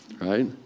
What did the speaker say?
right